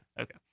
Okay